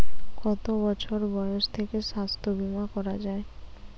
কত বছর বয়স থেকে স্বাস্থ্যবীমা করা য়ায়?